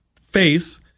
face